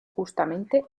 justamente